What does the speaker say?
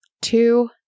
Two